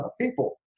people